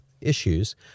issues